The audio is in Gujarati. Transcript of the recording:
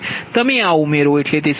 તમે આ ઉમેરો એટલે તે 0